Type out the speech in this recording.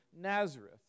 Nazareth